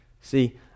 See